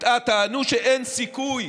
טענו שאין סיכוי,